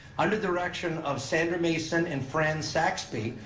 under direction of sandra mason and fran saxby,